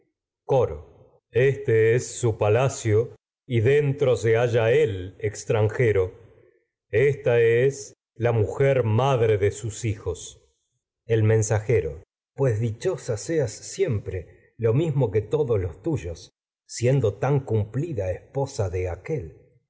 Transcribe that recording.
coro este es su palacio y dentro se halla él ex tranjero el esta es la mujer madre de sus hijos mensajero pues dichosa seas siempre lo mis esposa mo que todos los tuyos siendo tan cumplida de aquél